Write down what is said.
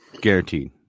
Guaranteed